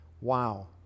Wow